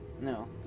No